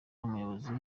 umuyobozi